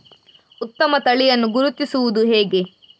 ಉತ್ತಮ ತಳಿಯನ್ನು ಗುರುತಿಸುವುದು ಹೇಗೆ?